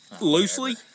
loosely